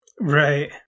Right